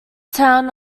town